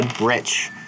Rich